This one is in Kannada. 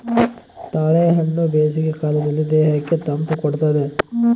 ತಾಳೆಹಣ್ಣು ಬೇಸಿಗೆ ಕಾಲದಲ್ಲಿ ದೇಹಕ್ಕೆ ತಂಪು ಕೊಡ್ತಾದ